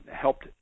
helped